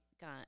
got